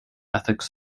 ethics